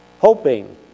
hoping